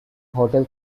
hotel